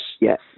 yes